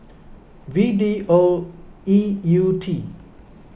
V D O E U T